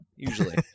usually